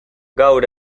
gaur